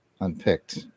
unpicked